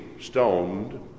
stoned